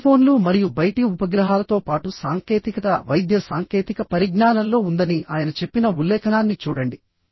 టెలిఫోన్లు మరియు బయటి ఉపగ్రహాలతో పాటు సాంకేతికత వైద్య సాంకేతిక పరిజ్ఞానంలో ఉందని ఆయన చెప్పిన ఉల్లేఖనాన్ని చూడండి